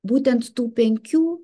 būtent tų penkių